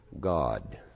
God